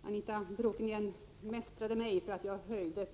Herr talman! Anita Bråkenhielm mästrade mig för att jag höjde